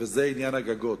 וזה עניין הגגות.